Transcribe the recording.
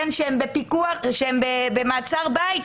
שהם במעצר בית,